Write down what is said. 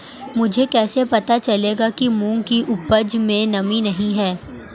मुझे कैसे पता चलेगा कि मूंग की उपज में नमी नहीं है?